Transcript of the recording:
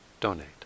donate